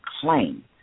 claim